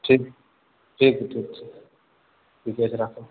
ठीक ठीक ठीक छै ठीके छै राखैत छी